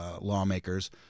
lawmakers